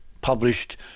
published